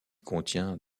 contient